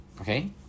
okay